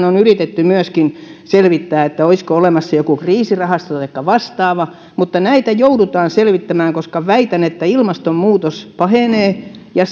on yritetty myöskin selvittää olisiko euroopan unionissa olemassa joku kriisirahasto taikka vastaava mutta näitä joudutaan selvittämään koska väitän että ilmastonmuutos pahenee ja